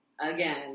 again